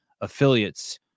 affiliates